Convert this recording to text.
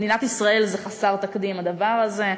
במדינת ישראל זה חסר תקדים, הדבר הזה.